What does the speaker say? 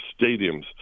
stadiums